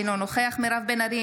אינו נוכח מירב בן ארי,